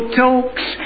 talks